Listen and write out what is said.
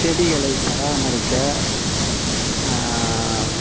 செடிகளை பராமரிக்க